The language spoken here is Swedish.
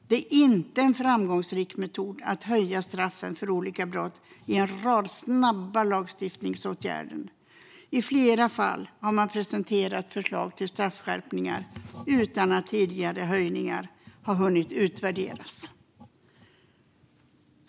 Det är inte en framgångsrik metod att höja straffen för olika brott i en rad snabba lagstiftningsåtgärder. I flera fall har man presenterat förslag till straffskärpningar utan att tidigare höjningar har hunnit utvärderas.